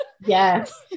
Yes